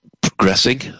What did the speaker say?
progressing